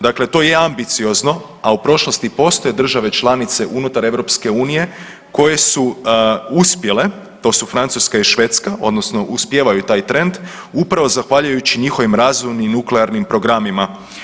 Dakle, to je ambiciozno, a u prošlosti postoje države članice unutar EU koje su uspjele, to su Francuska i Švedska odnosno uspijevaju taj trend upravo zahvaljujući njihovim razumnim nuklearnim programima.